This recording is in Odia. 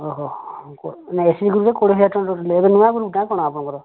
ଓ ହଃ ନା ଏସଏଚଜି ଗୃପରେ କୋଡ଼ିଏ ହଜାର ଟଙ୍କା ରଖିଥିଲେ ଏବେ ନୂଆଁ ଗୃପ ନାଁ କଣ ଆପଣଙ୍କର